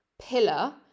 pillar